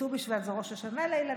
וט"ו בשבט זה ראש השנה לאילנות,